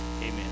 Amen